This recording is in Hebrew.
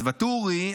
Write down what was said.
אז ואטורי,